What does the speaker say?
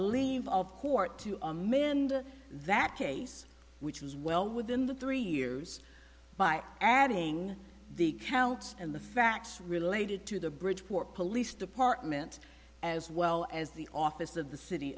leave of court to end that case which was well within the three years by adding the celts and the facts related to the bridge for police department as well as the office of the city